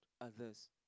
others